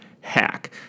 hack